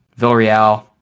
Villarreal